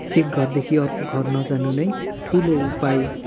एक घरदेखि अर्को घर नजानु नै ठुलो उपाय